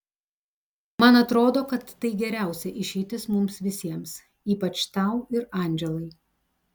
man atrodo kad tai geriausia išeitis mums visiems ypač tau ir andželai